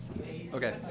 Okay